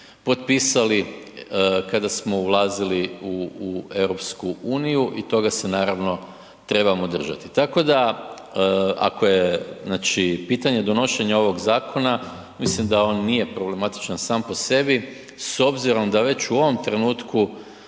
potpisali kada smo ulazili u EU i toga se naravno trebamo držati. Tako da ako je znači pitanje donošenja ovog zakona mislim da on nije problematičan sam po sebi s obzirom da već u ovom trenutku